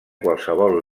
qualsevol